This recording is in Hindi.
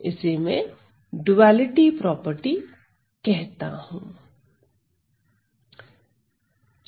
इसे मैं ड्युअलिटी प्रॉपर्टी कहता हूं